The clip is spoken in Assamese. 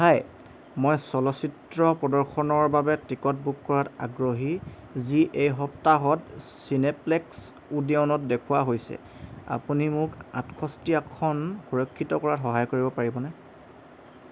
হাই মই চলচ্চিত্ৰ প্ৰদৰ্শনৰ বাবে টিকট বুক কৰাত আগ্ৰহী যি এই সপ্তাহত চিনেপ্লেক্স ওডিয়নত দেখুওৱা হৈছে আপুনি মোক আঠষষ্ঠি আসন সুৰক্ষিত কৰাত সহায় কৰিব পাৰিবনে